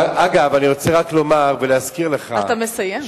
אגב, אני רוצה רק לומר ולהזכיר לך, אתה מסיים.